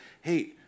hey